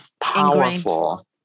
powerful